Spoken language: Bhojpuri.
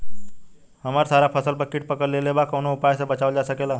हमर सारा फसल पर कीट पकड़ लेले बा कवनो उपाय से बचावल जा सकेला?